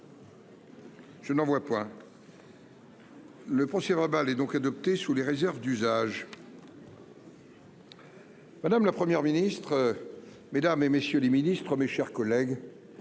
Je n'en vois point. Le procès verbal est donc adopté sous les réserves d'usage. Madame la première ministre, mesdames et messieurs les ministres, mes chers collègues,